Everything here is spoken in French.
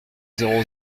zéro